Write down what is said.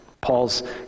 Paul's